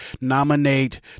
Nominate